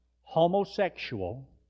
homosexual